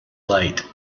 light